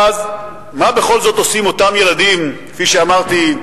ואז מה בכל זאת עושים אותם ילדים, כפי שאמרתי,